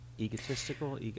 egotistical